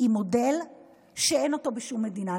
היא מודל שאין אותו בשום מדינה.